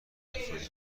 افرادی